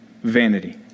Vanity